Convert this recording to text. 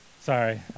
Sorry